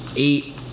Eight